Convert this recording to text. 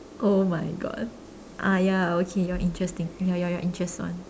oh my God ah ya okay you're interesting ya ya your interest one